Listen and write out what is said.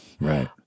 Right